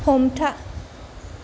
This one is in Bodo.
हमथा